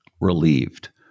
relieved